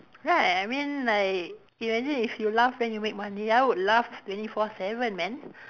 right I mean like imagine if you laugh then you make money I would laugh twenty four seven man